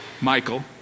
Michael